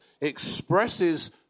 expresses